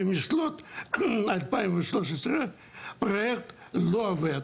ומשנת 2013, הפרויקט לא עובד.